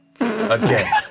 Again